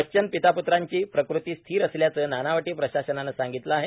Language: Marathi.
बच्चन पिता प्रांची प्रकृती स्थीर असल्याचं नानावटी प्रशासनानं सांगितलं आहे